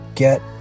Get